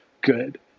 good